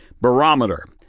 Barometer